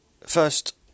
First